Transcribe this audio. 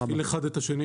--- אחד את השני